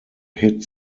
hit